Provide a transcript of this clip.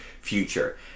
future